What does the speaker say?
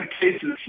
cases